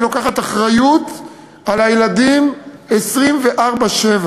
היא לוקחת אחריות על הילדים 24/7,